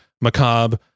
macabre